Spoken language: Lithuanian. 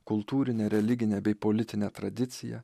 kultūrinę religinę bei politinę tradiciją